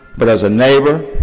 but as a neighbor,